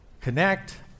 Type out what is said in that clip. Connect